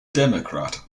democrat